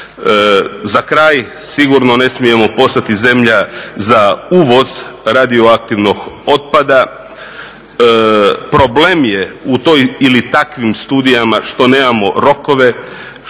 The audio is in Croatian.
Za kraj, sigurno ne smijemo postati zemlja za uvoz radioaktivnog otpada. Problem je u toj ili takvim studijama što nemamo rokove,